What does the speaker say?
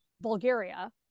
Bulgaria